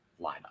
lineup